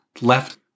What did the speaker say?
Left